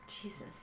Jesus